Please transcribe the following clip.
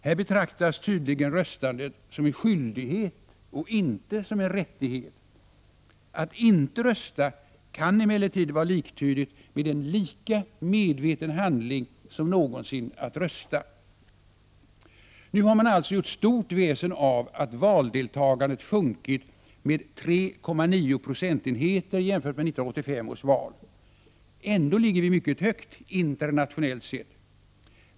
Här betraktas tydligen röstandet som en skyldighet och inte som en rättighet. Att inte rösta kan emellertid vara liktydigt med en lika medveten handling som någonsin att rösta. Nu har man alltså gjort stort väsen av att valdeltagandet sjunkit med 3,9 procentenheter jämfört med 1985 års val. Ändå ligger vi mycket högt — internationellt sett.